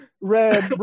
Red